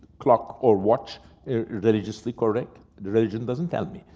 clock or watch religiously correct? religion doesn't tell me,